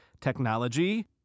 technology